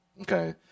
Okay